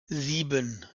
sieben